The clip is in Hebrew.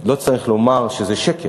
לא צריך לומר שזה שקר.